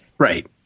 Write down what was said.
Right